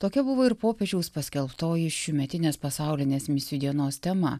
tokia buvo ir popiežiaus paskelbtoji šiųmetinės pasaulinės misijų dienos tema